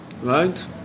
right